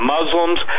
Muslims